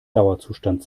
dauerzustand